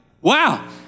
Wow